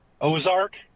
Ozark